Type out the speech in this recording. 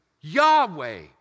Yahweh